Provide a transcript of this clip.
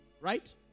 Right